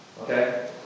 Okay